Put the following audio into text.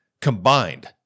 combined